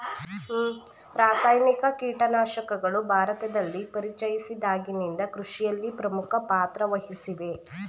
ರಾಸಾಯನಿಕ ಕೀಟನಾಶಕಗಳು ಭಾರತದಲ್ಲಿ ಪರಿಚಯಿಸಿದಾಗಿನಿಂದ ಕೃಷಿಯಲ್ಲಿ ಪ್ರಮುಖ ಪಾತ್ರ ವಹಿಸಿವೆ